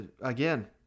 again